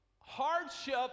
hardship